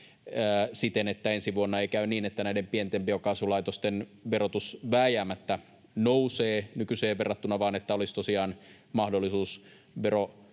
siten, että ensi vuonna ei käy niin, että näiden pienten biokaasulaitosten verotus vääjäämättä nousee nykyiseen verrattuna, vaan olisi tosiaan mahdollisuus